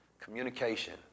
Communication